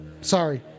sorry